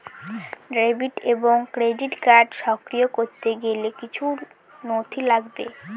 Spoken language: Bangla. ডেবিট এবং ক্রেডিট কার্ড সক্রিয় করতে গেলে কিছু নথি লাগবে?